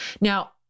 Now